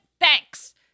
thanks